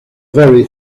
very